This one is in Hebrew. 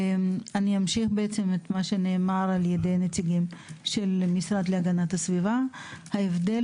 אני אמשיך את מה שנאמר על ידי הנציג של המשרד להגנת הסביבה: ההבדל